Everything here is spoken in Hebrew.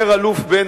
אומר אלוף בן,